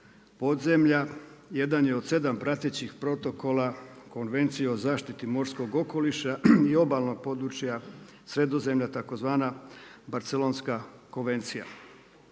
podzemlja jedan je od 7 pratećih protokola Konvencije o zaštiti morskog okoliša i obalnog područja Sredozemlja tzv. Barcelonska konvencija.